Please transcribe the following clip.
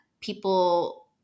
people